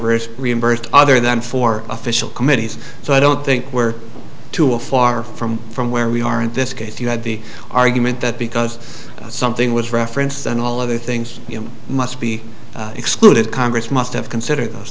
averse reimbursed other than for official committees so i don't think we're to a far from from where we are in this case you had the argument that because something was referenced and all other things you know must be excluded congress must have considered those